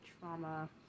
trauma